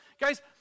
guys